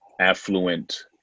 affluent